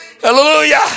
Hallelujah